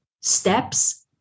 steps